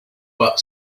but